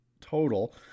total